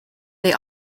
they